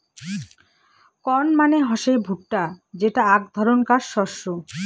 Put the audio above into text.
corn মানে হসে ভুট্টা যেটা আক ধরণকার শস্য